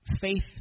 faith